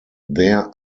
there